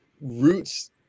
roots